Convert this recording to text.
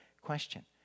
question